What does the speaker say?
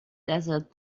desert